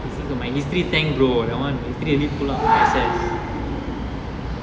you see my history tank bro that one basically already pull up my S_S